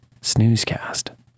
snoozecast